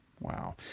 Wow